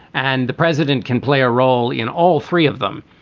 and the president can play a role in all three of them.